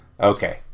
okay